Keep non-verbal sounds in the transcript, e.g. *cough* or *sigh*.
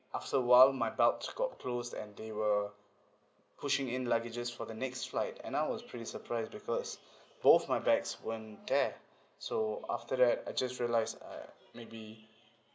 after awhile my belt check out closed and they were pushing in luggages for the next flight and I was pretty surprised because *breath* both my bags weren't there *breath* so after that I just realised uh maybe